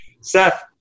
Seth